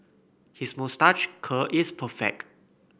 his moustache curl is perfect